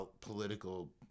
political